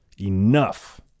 Enough